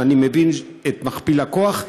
ואני מבין את מכפיל הכוח.